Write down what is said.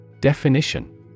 Definition